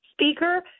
speaker